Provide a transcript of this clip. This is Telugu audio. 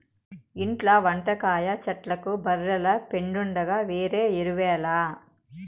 ఇంట్ల వంకాయ చెట్లకు బర్రెల పెండుండగా వేరే ఎరువేల